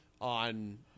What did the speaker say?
on